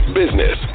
business